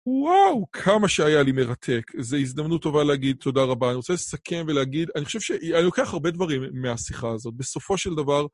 וואו, כמה שהיה לי מרתק. איזו הזדמנות טובה להגיד תודה רבה. אני רוצה לסכם ולהגיד, אני חושב שאני לוקח הרבה דברים מהשיחה הזאת. בסופו של דבר...